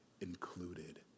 included